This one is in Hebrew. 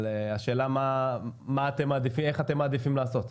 אבל השאלה איך אתם מעדיפים לעשות?